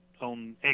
on